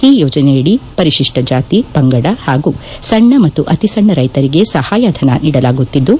ಈ ಯೋಜನೆಯಡಿ ಪರಿಪ್ಟ ಜಾತಿ ಪಂಗಡ ಪಾಗೂ ಸಣ್ಣ ಮತ್ತು ಅತಿ ಸಣ್ಣ ರೈತರಿಗೆ ಸಹಾಯಧನ ನೀಡಲಾಗುತ್ತಿದ್ದು